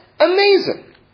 amazing